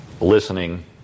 listening